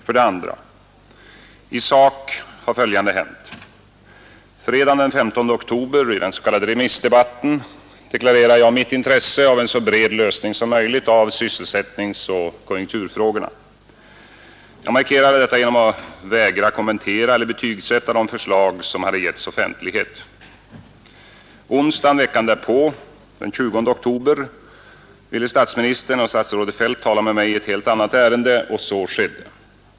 För det andra: I sak har följande hänt. Fredagen den 15 oktober — i den s.k. remissdebatten — deklarerade jag mitt intresse av en så bred lösning som möjligt av sysselsättningsoch konjunkturfrågorna. Jag markerade detta genom att vägra kommentera eller betygsätta de förslag som hade getts offentlighet. Onsdagen veckan därpå — den 20 oktober — ville statsministern och statsrådet Feldt tala med mig i ett helt annat ärende och så skedde.